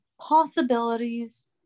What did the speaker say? Possibilities